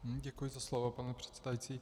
Děkuji za slovo, pane předsedající.